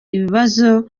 ibibazo